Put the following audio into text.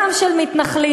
גם של מתנחלים,